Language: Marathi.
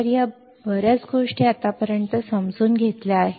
तर या बऱ्याच गोष्टी आपण आत्तापर्यंत समजून घेतल्या आहेत